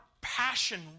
passion